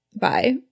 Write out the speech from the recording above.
Bye